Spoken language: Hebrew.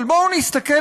אבל בואו נסתכל,